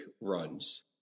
runs